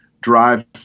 drive